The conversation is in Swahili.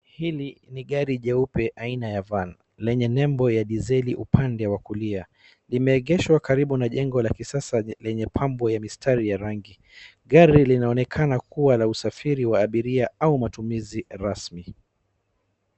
Hili ni gari jeupe la aina ya van lenye nembo ya diseli upande wa kulia limeegeshwa karibu na jengo la kisasa lenye pambo la mistari ya rangi, gari linaonekana kuwa la usafiri wa abiria au matumizi rasmi.